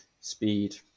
speed